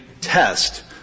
test